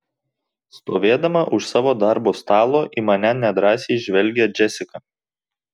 stovėdama už savo darbo stalo į mane nedrąsiai žvelgia džesika